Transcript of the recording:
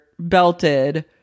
belted